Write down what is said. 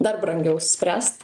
dar brangiau spręst